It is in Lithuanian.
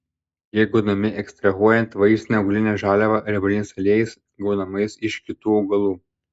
jie gaunami ekstrahuojant vaistinę augalinę žaliavą riebaliniais aliejais gaunamais iš kitų augalų